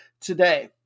today